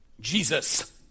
Jesus